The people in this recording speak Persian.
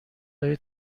های